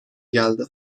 geldi